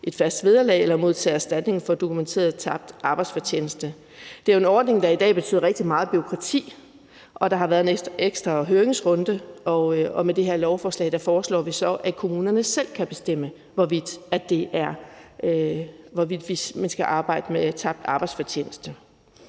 et fast vederlag eller modtage erstatning for dokumenteret tabt arbejdsfortjeneste. Det er jo en ordning, der i dag betyder rigtig meget bureaukrati. Der har været en ekstra høringsrunde, og med det her lovforslag foreslår vi så, at kommunerne selv kan bestemme, hvorvidt man skal arbejde med tabt arbejdsfortjeneste.